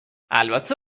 البته